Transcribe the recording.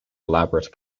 elaborate